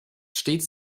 stets